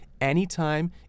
anytime